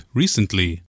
recently